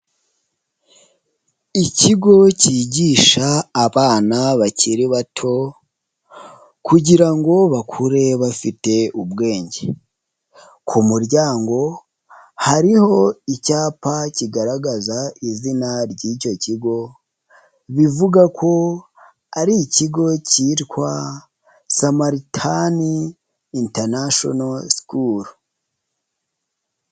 Ikigo cyigisha abana bakiri bato kugira ngo bakure bafite ubwenge, ku muryango hariho icyapa kigaragaza izina ry'icyo kigo bivuga ko ari ikigo cyitwa Zamaritani intanashono sukuru.